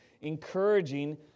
encouraging